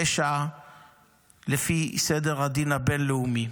פשע לפי סדר הדין הבין-לאומי.